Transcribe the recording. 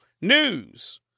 news